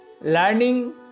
learning